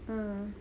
mm